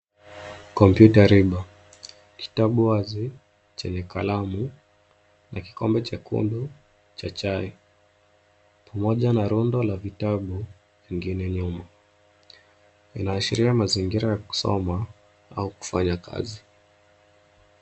Kompyuta riba, kitabu wazi chenye kalamu na kikombe chekundu cha chai pamoja na rundo la vitabu vingine nyuma. Inaashiria mazingira ya kusoma au kufanya kazi.